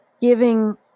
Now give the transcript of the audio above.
giving